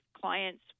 clients